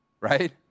Right